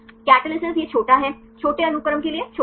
catalysis यह छोटा है छोटे अनुक्रम के लिए छोटा है